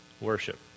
worship